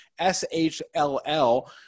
SHLL